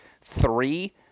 three